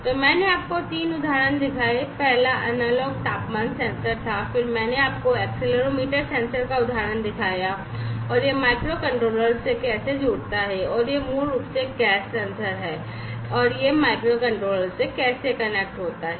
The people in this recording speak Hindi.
तो मैंने आपको 3 उदाहरण दिखाए हैं पहला एनालॉग तापमान सेंसर था फिर मैंने आपको एक्सेलेरोमीटर सेंसर का उदाहरण दिखाया है और यह माइक्रोकंट्रोलर से कैसे जुड़ता है और यह मूल रूप से एक गैस सेंसर है और यह माइक्रोकंट्रोलर से कैसे कनेक्ट होता है